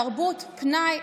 תרבות פנאי,